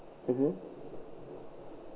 mmhmm